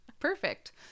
perfect